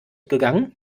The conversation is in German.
gegangen